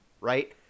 right